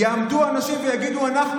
יעמדו אנשים ויגידו: אנחנו